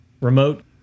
remote